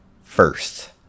first